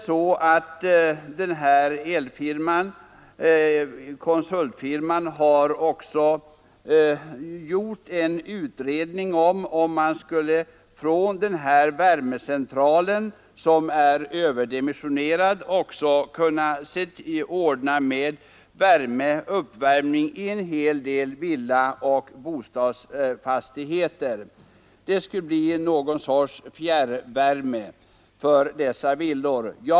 Den nämnda konsultfirman har också gjort en utredning som syftar till att utröna huruvida den här värmecentralen, som är överdimensionerad, också skulle kunna leverera värme till villaoch bostadsfastigheter. Det skulle bli någon sorts fjärrvärme för dessa villor.